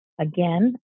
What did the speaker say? again